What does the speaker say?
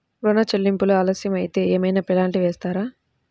ఋణ చెల్లింపులు ఆలస్యం అయితే ఏమైన పెనాల్టీ వేస్తారా?